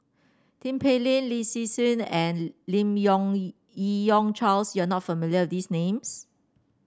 Tin Pei Ling Lin Hsin Hsin and Lim Yong Yi Yong Charles you are not familiar with these names